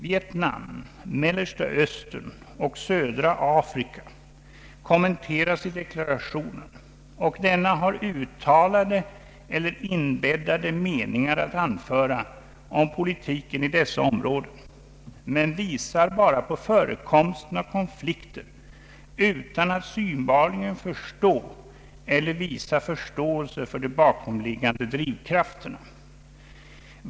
Vietnam, Mellersta Östern och södra Afrika kommenteras i deklarationen, och denna har uttalade eller inbäddade meningar att anföra om politiken i dessa områden, men visar bara på förekomsten av konflikter utan att synbarligen förstå eller visa förståelse för de bakomliggande drivkrafterna.